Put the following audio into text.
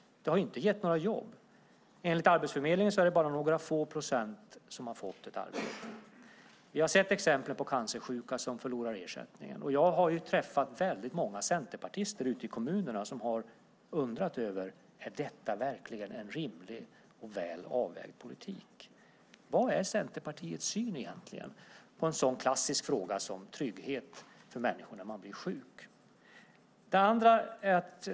Det har inte gett några jobb. Enligt Arbetsförmedlingen har bara några få procent fått ett arbete. Vi har sett exempel på cancersjuka som förlorat ersättningen, och jag har träffat många centerpartister ute i kommunerna som undrat om det verkligen är en rimlig och väl avvägd politik. Vad är egentligen Centerpartiets syn på en sådan klassisk fråga som trygghet för människor när de blir sjuka?